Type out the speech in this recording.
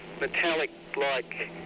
metallic-like